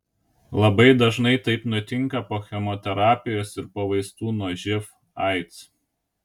labai dažnai taip nutinka po chemoterapijos ir po vaistų nuo živ aids